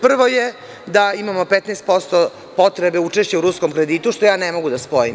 Prvo je da imamo 15% potrebe učešća u ruskom kreditu, što ja ne mogu da spojim.